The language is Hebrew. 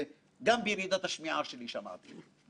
וגם למרות ירידת השמיעה שלי שמעתי.